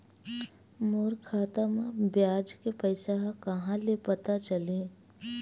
मोर खाता म ब्याज के पईसा ह कहां ले पता चलही?